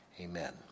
Amen